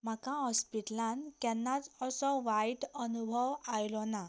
म्हाका हॉस्पिटलांत केन्नाच असो वायट अनुभव आयलो ना